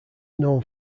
known